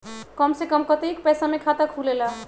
कम से कम कतेइक पैसा में खाता खुलेला?